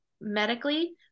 medically